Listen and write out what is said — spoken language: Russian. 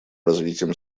развитием